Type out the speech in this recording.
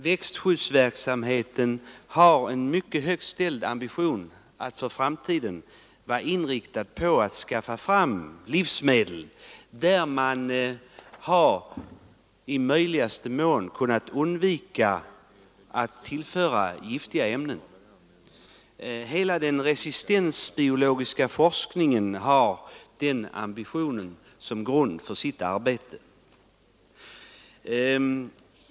Växtskyddsverksamheten har en mycket högt ställd ambition att i framtiden skaffa fram livsmedel som man i möjligaste mån har kunnat undvika att tillföra giftiga ämnen. Hela den resistensbiologiska forskningen har den ambitionen som grund för sitt arbete.